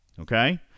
Okay